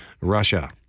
Russia